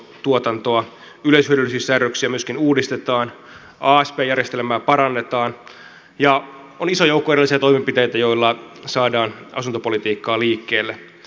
yleishyödyllisiä säädöksiä myöskin uudistetaan asp järjestelmää parannetaan ja on iso joukko erilaisia toimenpiteitä joilla saadaan asuntopolitiikkaa liikkeelle